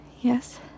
Yes